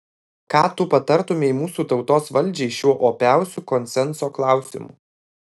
ką tu patartumei mūsų tautos valdžiai šiuo opiausiu konsenso klausimu